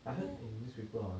I heard in newspaper orh